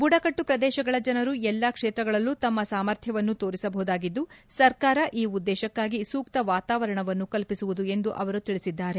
ಬುಡಕಟ್ಟು ಪ್ರದೇಶಗಳ ಜನರು ಎಲ್ಲಾ ಕ್ಷೇತ್ರಗಳಲ್ಲೂ ತಮ್ಮ ಸಾಮರ್ಥವನ್ನು ತೋರಿಸಬಹುದಾಗಿದ್ದು ಸರ್ಕಾರ ಈ ಉದ್ದೇಶಕ್ಕಾಗಿ ಸೂಕ್ತ ವಾತಾವರಣವನ್ನು ಕಲ್ಪಿಸುವುದು ಎಂದು ಅವರು ತಿಳಿಸಿದ್ದಾರೆ